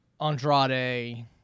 Andrade